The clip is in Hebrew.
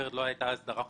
אחרת לא הייתה הסדרה חוקית.